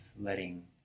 letting